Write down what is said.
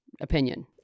opinion